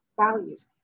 values